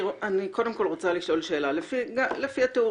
אני קודם כול רוצה לשאול שאלה: לפי התיאור